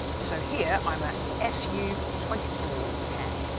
so here i am at su twenty four ten